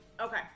Okay